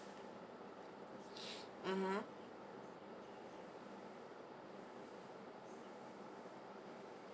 (uh huh)